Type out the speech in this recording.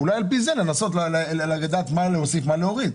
ואולי על פי זה לנסות לדעת מה להוסיף, מה להוריד.